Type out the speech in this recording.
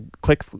click